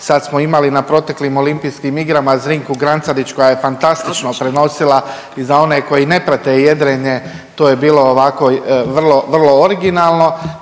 Sad smo imali na proteklim Olimpijskim igrama Zrinku Grancelić koja je fantastično prenosila i za one koji ne prate jedrenje to je bilo ovako vrlo, vrlo originalno.